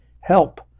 help